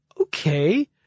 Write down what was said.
okay